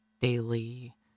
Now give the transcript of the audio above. daily